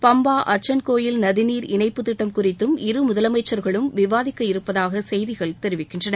பம்பா அச்சன்கோயில் நதிநீர் இணைப்புத் திட்டம் குறித்தும் இரு முதலமைச்சர்களும் விவாதிக்க இருப்பதாக செய்திகள் தெரிவிக்கின்றன